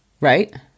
Right